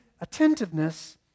attentiveness